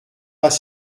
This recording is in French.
pas